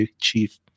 chief